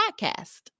podcast